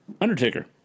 Undertaker